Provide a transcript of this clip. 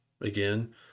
again